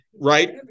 right